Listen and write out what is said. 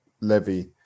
Levy